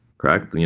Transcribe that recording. correct?